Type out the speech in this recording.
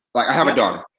like i have a daughter,